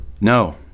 No